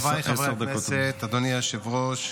חבריי חברי הכנסת, אדוני היושב-ראש,